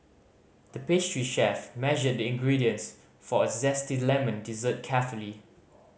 the pastry chef measured the ingredients for a zesty lemon dessert carefully